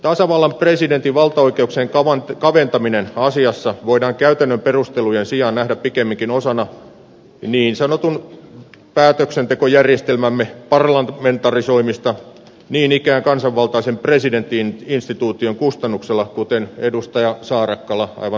tasavallan presidentin valtaoikeuksien kaventaminen asiassa voidaan käytännön perustelujen sijaan nähdä pikemminkin osana niin sanottua päätöksentekojärjestelmämme parlamentarisoimista niin ikään kansanvaltaisen presidentti instituution kustannuksella kuten edustaja saarakkala aivan oikein totesi